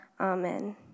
Amen